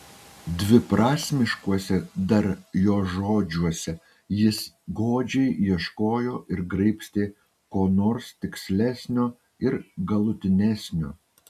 dviprasmiškuose dar jo žodžiuose jis godžiai ieškojo ir graibstė ko nors tikslesnio ir galutinesnio